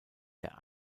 der